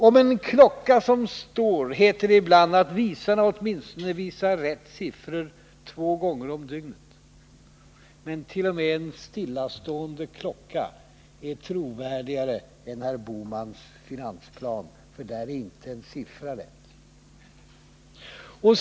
Om en klocka som står heter det ibland att visarna åtminstone visar rätt siffror två gånger om dygnet. Men t.o.m. en stillastående klocka är trovärdigare än herr Bohmans finansplan, för där är inte en siffra rätt.